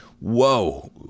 Whoa